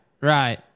right